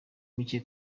mike